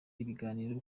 ibiganiro